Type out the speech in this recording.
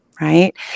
Right